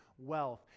Wealth